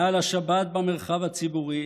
מעל השבת במרחב הציבורי,